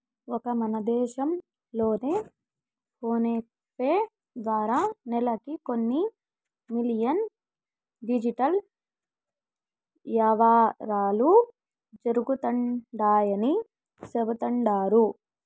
ఒక్క మన దేశం లోనే ఫోనేపే ద్వారా నెలకి కొన్ని మిలియన్ డిజిటల్ యవ్వారాలు జరుగుతండాయని సెబుతండారు